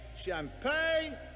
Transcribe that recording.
champagne